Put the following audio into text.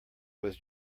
was